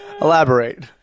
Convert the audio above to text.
Elaborate